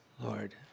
Lord